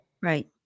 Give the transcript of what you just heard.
right